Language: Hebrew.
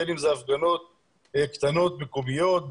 בין אם זה הפגנות קטנות מקומיות,